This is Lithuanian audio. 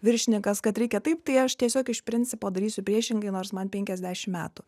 viršininkas kad reikia taip tai aš tiesiog iš principo darysiu priešingai nors man penkiasdešim metų